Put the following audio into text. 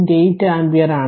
8 ampere ആണ്